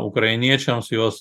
ukrainiečiams jos